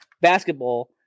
basketball